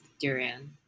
durian